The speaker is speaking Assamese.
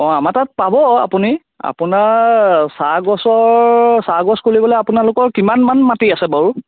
অ' আমাৰ তাত পাব আপুনি আপোনাৰ চাহগছৰ চাহগছ খুলিবলৈ আপোনালোকৰ কিমানমান মাটি আছে বাৰু